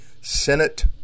Senate